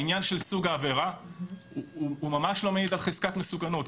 העניין של סוג העבירה ממש לא מעיד על חזקת מסוכנות.